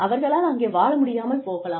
அவர்களால் அங்கே வாழ முடியாமல் போகலாம்